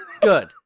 Good